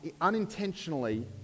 unintentionally